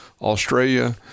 Australia